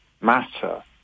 matter